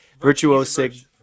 virtuosic